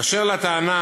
אשר לטענה